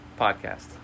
podcast